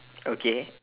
okay